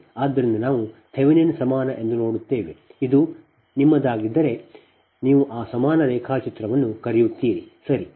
ಆದ್ದರಿಂದ ನಂತರ ನಾವು ಥೆವೆನಿನ್ ಸಮಾನ ಎಂದು ನೋಡುತ್ತೇವೆ ಇದು ನಿಮ್ಮದಾಗಿದ್ದರೆ ನೀವು ಆ ಸಮಾನ ರೇಖಾಚಿತ್ರವನ್ನು ಕರೆಯುತ್ತೀರಿ ಸರಿ